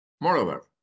Moreover